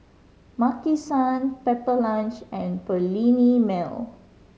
Maki San Pepper Lunch and Perllini Mel